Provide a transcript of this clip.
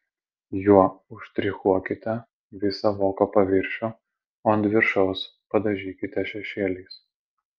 juo užštrichuokite visą voko paviršių o ant viršaus padažykite šešėliais